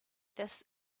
this